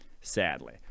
sadly